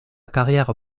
carrière